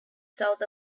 south